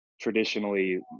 traditionally